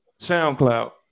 SoundCloud